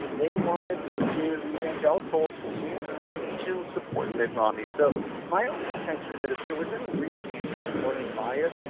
they wanted to, evangelicals seemed ready to support mitt romney. so my own contention that if there was any real anti-mormon bias,